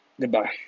Goodbye